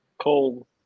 Cold